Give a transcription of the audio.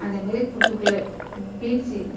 அந்த மாதிரி தூத்துக்குடியில பீச்